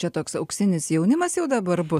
čia toks auksinis jaunimas jau dabar bus